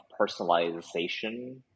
personalization